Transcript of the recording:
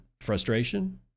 frustration